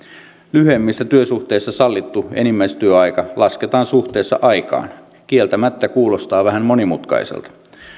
lyhyemmissä työsuhteissa sallittu enimmäistyöaika lasketaan suhteessa aikaan kieltämättä kuulostaa vähän monimutkaiselta